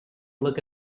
look